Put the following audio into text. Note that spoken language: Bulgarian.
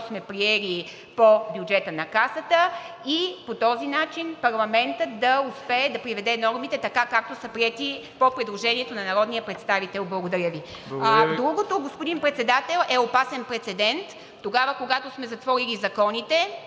което сме приели по бюджета на Касата, и по този начин парламентът да успее да приведе нормите така, както са приети по предложението на народния представител. А другото, господин Председател, е опасен прецедент. Тогава, когато сме затворили законите